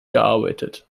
gearbeitet